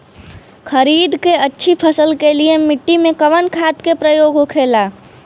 खरीद के अच्छी फसल के लिए मिट्टी में कवन खाद के प्रयोग होखेला?